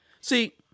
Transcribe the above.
See